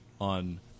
on